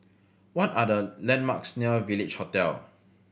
what are the landmarks near Village Hotel